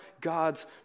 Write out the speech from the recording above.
God's